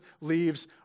leaves